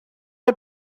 est